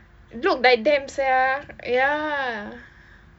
look like them sia ya